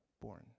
born